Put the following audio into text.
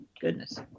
goodness